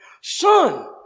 Son